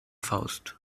faust